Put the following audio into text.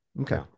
Okay